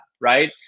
right